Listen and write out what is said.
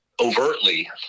overtly